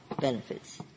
benefits